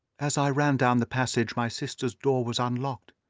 as i ran down the passage, my sister's door was unlocked,